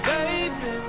Baby